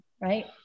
right